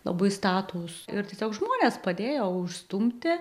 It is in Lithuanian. labai statūs ir tiesiog žmonės padėjo užstumti